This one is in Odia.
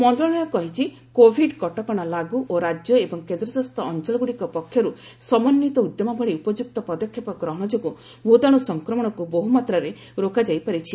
ମନ୍ତଶାଳୟ କହିଛି କୋଭିଡ୍ କଟକଣା ଲାଗୁ ଓ ରାଜ୍ୟ ଏବଂ କେନ୍ଦ୍ରଶାସିତ ଅଞ୍ଚଳଗୁଡ଼ିକ ପକ୍ଷରୁ ସମନ୍ୱିତ ଉଦ୍ୟମ ଭଳି ଉପଯୁକ୍ତ ପଦକ୍ଷେପ ଗ୍ରହଣ ଯୋଗୁଁ ଭୂତାଣୁ ସଂକ୍ରମଶକୁ ବହୁମାତ୍ରାରେ ରୋକାଯାଇ ପାରିଛି